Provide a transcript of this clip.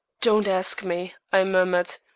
don't ask me! i murmured,